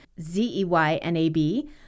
Z-E-Y-N-A-B